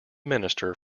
minister